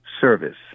service